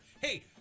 Hey